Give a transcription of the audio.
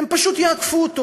הם פשוט יעקפו אותו,